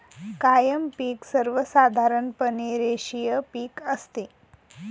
कायम पिक सर्वसाधारणपणे रेषीय पिक असते